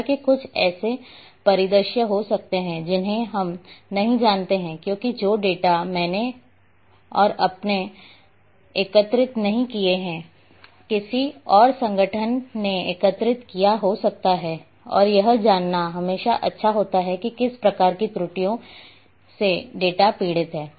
हालाँकि कुछ ऐसे परिदृश्य हो सकते हैं जिन्हें हम नहीं जानते हैं क्योंकि जो डेटा मैंने और आपने एकत्रित नहीं किए हैं किसी और संगठन ने एकत्र किया हो सकता है और यह जानना हमेशा अच्छा होता है कि किस प्रकार की त्त्रुटियों से डेटा पीड़ित है